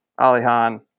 Alihan